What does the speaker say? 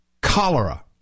cholera